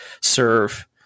serve